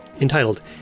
entitled